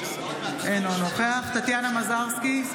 אינו נוכח טטיאנה מזרסקי,